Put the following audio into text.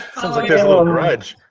sounds like there's a little grudge.